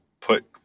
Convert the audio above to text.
put